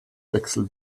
wechsel